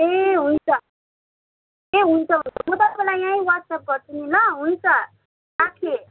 ए हुन्छ ए हुन्छ हुन म तपाईँलाई यहीँ वाट्सएप गर्छु नि ल हुन्छ राखेँ